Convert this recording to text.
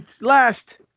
last